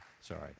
Sorry